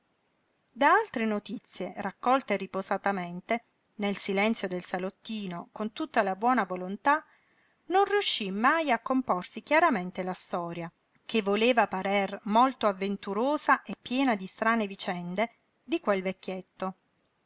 da altre notizie raccolte riposatamente nel silenzio del salottino con tutta la buona volontà non riuscí mai a comporsi chiaramente la storia che voleva parer molto avventurosa e piena di strane vicende di quel vecchietto